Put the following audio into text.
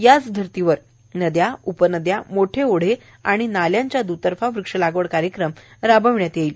याच धर्तीवर नद्या उपनदया मोठे ओढे व नाले यांच्या द्रतर्फा वृक्षलागवड कार्यक्रम राबविण्यात येणार आहे